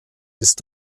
ist